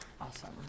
Awesome